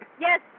Yes